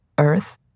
Earth